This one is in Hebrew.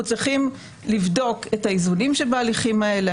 אנחנו צריכים לבדוק את האיזונים שבהליכים האלה,